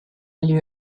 lieu